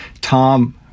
Tom